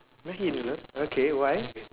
Maggi noodles okay why